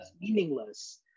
meaningless